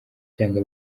byanga